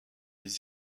les